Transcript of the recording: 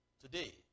Today